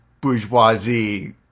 bourgeoisie